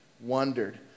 wondered